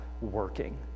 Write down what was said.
working